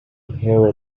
here